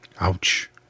ouch